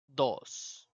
dos